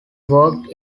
worked